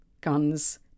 guns